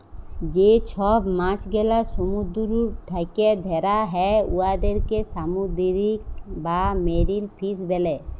যে ছব মাছ গেলা সমুদ্দুর থ্যাকে ধ্যরা হ্যয় উয়াদেরকে সামুদ্দিরিক বা মেরিল ফিস ব্যলে